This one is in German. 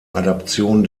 adaption